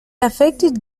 affected